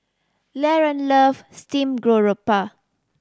Laron love steamed garoupa